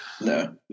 No